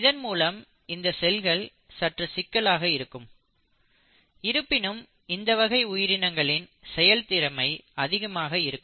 இதன் மூலம் இந்த செல்கள் சற்று சிக்கலாக இருக்கும் இருப்பினும் இந்த வகை உயிரினங்களின் செயல் திறமை அதிகமாக இருக்கும்